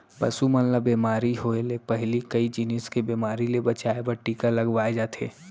पसु मन ल बेमारी होय ले पहिली कई जिनिस के बेमारी ले बचाए बर टीका लगवाए जाथे